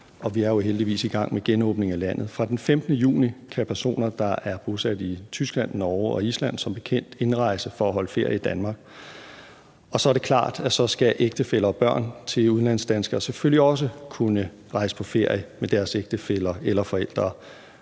i gang med genåbningen af landet. Fra den 15. juni kan personer, der er bosat i Tyskland, Norge og Island, som bekendt indrejse for at holde ferie i Danmark, og det er klart, at så skal ægtefæller og børn til udenlandsdanskere selvfølgelig også kunne rejse på ferie med deres ægtefæller eller forældre.